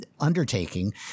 undertaking